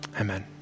Amen